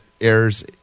airs